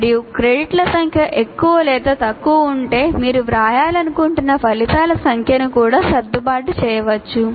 మరియు క్రెడిట్ల సంఖ్య ఎక్కువ లేదా తక్కువ ఉంటే మీరు వ్రాయాలనుకుంటున్న ఫలితాల సంఖ్యను కూడా సర్దుబాటు చేయవచ్చు